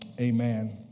amen